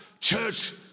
church